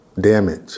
damage